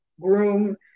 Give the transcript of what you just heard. groom